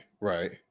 Right